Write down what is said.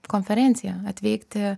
konferenciją atvykti